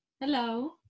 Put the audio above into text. Hello